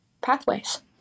pathways